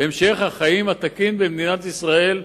המשך החיים התקין במדינת ישראל,